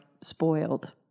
spoiled